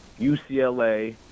UCLA